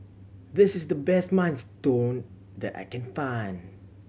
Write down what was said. this is the best Minestrone that I can find